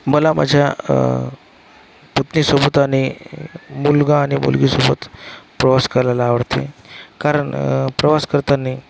मला माझ्या पत्नीसोबत आणि मुलगा आणि मुलगीसोबत प्रवास करायला आवडते कारण प्रवास करताना